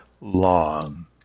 long